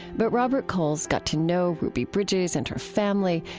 but robert coles got to know ruby bridges and her family,